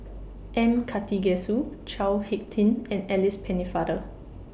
M Karthigesu Chao Hick Tin and Alice Pennefather